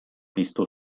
piztu